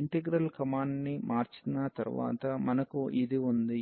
integral క్రమాన్ని మార్చిన తర్వాత మనకు ఇది ఉంది